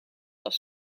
als